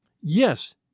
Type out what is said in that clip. Yes